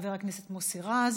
חבר הכנסת מוסי רז